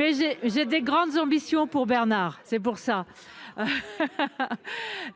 j'ai j'ai des grandes ambitions pour Bernard. C'est pour ça.